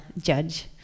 judge